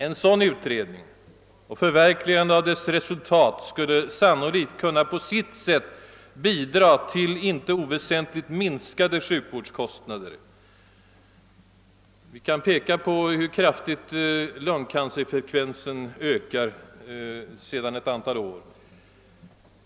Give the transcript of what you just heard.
En sådan utredning och ett förverkligande av dess resultat, där olika profylaktiska åtgärder måste komma in i bilden, skulle sannolikt kunna på sitt sätt väsentligt bidra till minskade sjukvårdskostnader. Vi kan peka på hur kraftigt lungcancerfrekvensen ökar sedan ett antal år.